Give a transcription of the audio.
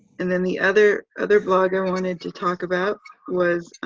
and then the other other blog i wanted to talk about was,